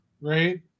Right